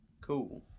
Cool